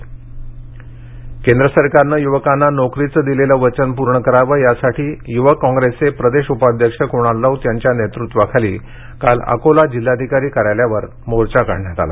मोर्चा केंद्र सरकारने युवकांना नोकरीचे दिलेले वचन पूर्ण करावे यासाठी युवक काँग्रेसचे प्रदेश उपाध्यक्ष कुणाल राऊत यांच्या नेतृत्वाखाली काल अकोला जिल्हाधिकारी कार्यालयावर मोर्चा काढण्यात आला